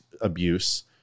abuse